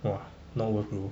!wah! not worth bro